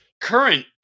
current